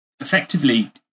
Effectively